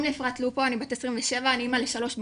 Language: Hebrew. ושבע, אני אמא לשלוש בנות,